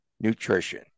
nutrition